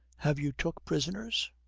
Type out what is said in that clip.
have you took prisoners